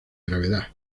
gravedad